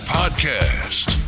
podcast